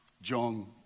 John